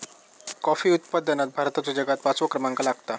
coffee उत्पादनात भारताचो जगात पाचवो क्रमांक लागता